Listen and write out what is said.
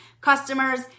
customers